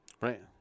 right